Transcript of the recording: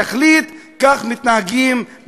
כך מתנהגים במדינה דמוקרטית.